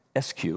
SQ